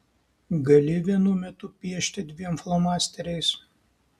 gali vienu metu piešti dviem flomasteriais